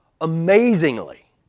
amazingly